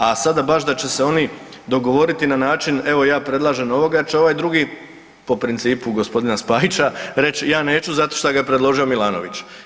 A sada baš da će se oni dogovoriti na način evo ja predlažem ovoga jer će ovaj drugi po principu gospodina Spajića reći ja neću zato što ga je predložio Milanović.